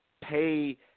pay